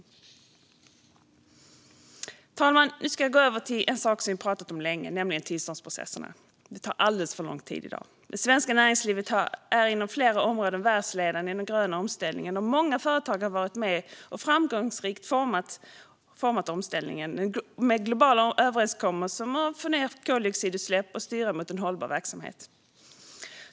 Fru talman! Nu ska jag gå över till en sak som vi har pratat om länge, nämligen tillståndsprocesserna. Det tar alldeles för lång tid i dag. Det svenska näringslivet är inom flera områden världsledande i den gröna omställningen. Många företag har varit med och framgångsrikt format omställningen med globala överenskommelser om att få ned koldioxiduppsläpp och styra mot en hållbar verksamhet.